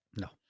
No